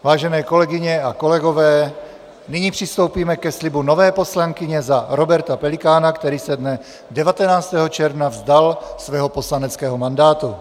Vážené kolegyně a kolegové, nyní přistoupíme ke slibu nové poslankyně za Roberta Pelikána, který se dne 19. června vzdal svého poslaneckého mandátu.